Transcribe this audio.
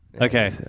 okay